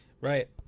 Right